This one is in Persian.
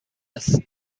است